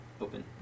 open